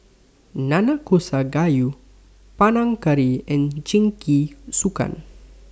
Nanakusa Gayu Panang Curry and Jingisukan